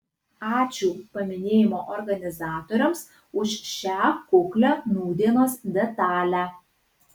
ačiū paminėjimo organizatoriams už šią kuklią nūdienos detalę